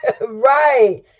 Right